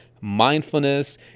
mindfulness